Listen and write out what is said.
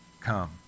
come